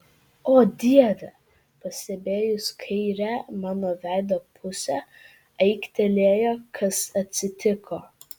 o dieve pastebėjus kairę mano veido pusę aiktelėjo kas atsitiko